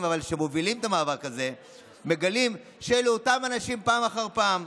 שמובילים את המאבק הזה מגלים שאלה אותם אנשים פעם אחר פעם.